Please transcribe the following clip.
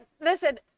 Listen